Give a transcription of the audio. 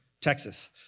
Texas